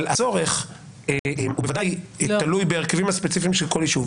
אבל הצורך הוא בוודאי תלוי בהרכבים הספציפיים של כל יישוב.